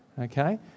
Okay